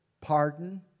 pardon